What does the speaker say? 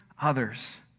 others